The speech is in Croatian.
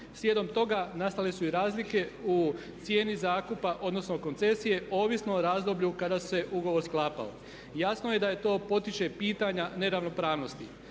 Slijedom toga nastale su i razlike u cijeni zakupa odnosno koncesije ovisno o razdoblju kada se ugovor sklapao. Jasno je da to potiče pitanja neravnopravnosti.